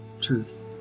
truth